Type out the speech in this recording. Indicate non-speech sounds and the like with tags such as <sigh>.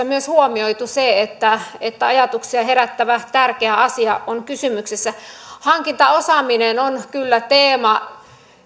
<unintelligible> myös huomioitu se että että ajatuksia herättävä tärkeä asia on kysymyksessä hankintaosaaminen on kyllä teema